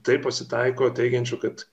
taip pasitaiko teigiančių kad